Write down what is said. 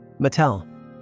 Mattel